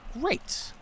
Great